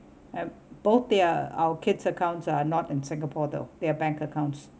and both their our kids accounts are not in singapore though their bank accounts